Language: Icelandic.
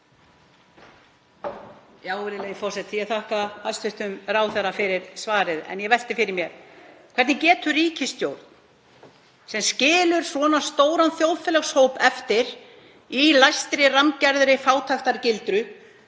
Virðulegi forseti. Ég þakka hæstv. ráðherra fyrir svarið en ég velti fyrir mér: Hvernig getur ríkisstjórn sem skilur svona stóran þjóðfélagshóp eftir í læstri, rammgerðri fátæktargildru